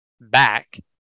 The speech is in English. back